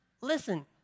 Listen